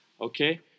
okay